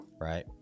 right